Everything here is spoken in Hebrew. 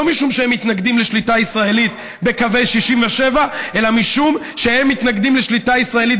לא משום שהם מתנגדים לשליטה ישראלית בקווי 67' אולי התכוונת לפלסטינים,